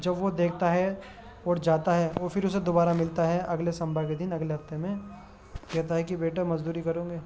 جب وہ دیکھتا ہے اور جاتا ہے اور پھر اسے دوبارہ ملتا ہے اگلے شنبہ کے دن اگلے ہفتے میں کہتا ہے کہ بیٹا مزدوری کرو گے